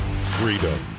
freedom